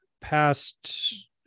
past